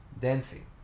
Dancing